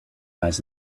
eyes